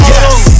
Yes